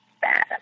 bad